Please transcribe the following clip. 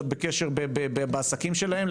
להיות בקשר בעסקים שלהם,